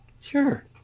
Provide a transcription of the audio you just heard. Sure